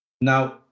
Now